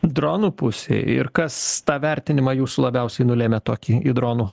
dronų pusėj ir kas tą vertinimą jūsų labiausiai nulėmė tokį į dronų